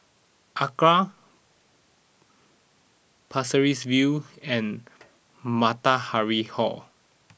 Acra Pasir Ris View and Matahari Hall